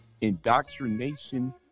Indoctrination